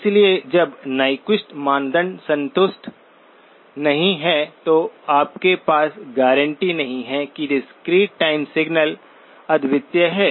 इसलिए जब न्यक्विस्ट मानदंड संतुष्ट नहीं है तो आपके पास गारंटी नहीं है कि डिस्क्रीट टाइम सिग्नल अद्वितीय है